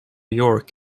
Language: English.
york